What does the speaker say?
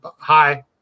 hi